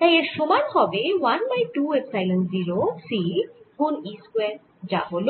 তাই এর সমান হবে 1 বাই 2 এপসাইলন 0 c গুন E স্কয়ার যা হল